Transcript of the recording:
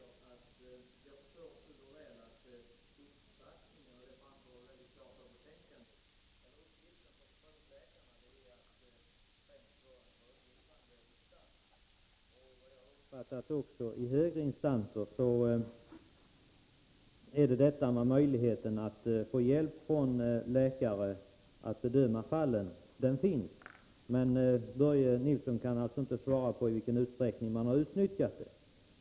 Herr talman! Det framgår väldigt klart av betänkandet, och jag förstår det fuller väl, att uppgiften för förtroendeläkarna främst är att vara rådgivare. Jag har också uppfattat att möjligheten finns att i högre instans få hjälp av läkare att bedöma fallen, men Börje Nilsson kan alltså inte svara på i vilken utsträckning den möjligheten har utnyttjats.